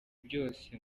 byose